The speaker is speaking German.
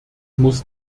muss